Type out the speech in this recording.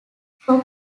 from